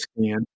scan